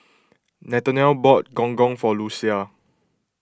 Nathanial bought Gong Gong for Lucia